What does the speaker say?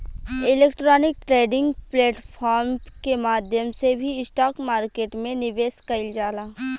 electronic trading platform के माध्यम से भी स्टॉक मार्केट में निवेश कईल जाला